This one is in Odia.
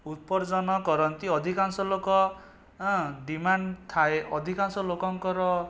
ଉତ୍ପର୍ଜନ କରନ୍ତି ଅଧିକାଂଶ ଲୋକ ଡିମାଣ୍ଡ ଥାଏ ଅଧିକାଂଶ ଲୋକଙ୍କର